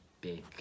big